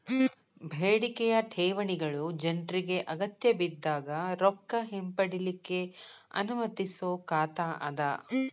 ಬೇಡಿಕೆಯ ಠೇವಣಿಗಳು ಜನ್ರಿಗೆ ಅಗತ್ಯಬಿದ್ದಾಗ್ ರೊಕ್ಕ ಹಿಂಪಡಿಲಿಕ್ಕೆ ಅನುಮತಿಸೊ ಖಾತಾ ಅದ